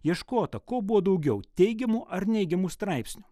ieškota ko buvo daugiau teigiamų ar neigiamų straipsnių